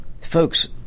folks